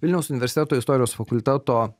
vilniaus universiteto istorijos fakulteto